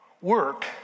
Work